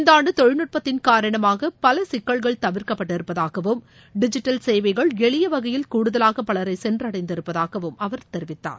இந்த ஆண்டு தொழில்நுட்பத்தின் காரணமாக பல சிக்கல்கள் தவிர்க்கப்பட்டிருப்பதாகவும் டிஜிட்டல் சேவைகள் எளிய வகையில் கூடுதலாக பலரை சென்றடந்து இருப்பதாகவும் அவர் தெரிவித்தார்